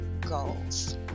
goals